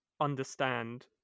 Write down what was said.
understand